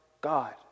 God